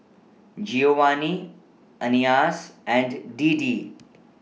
Giovanni Anais and Deedee